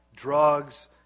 drugs